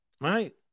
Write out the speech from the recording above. right